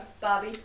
Bobby